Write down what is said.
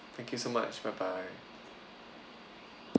thank you so much bye bye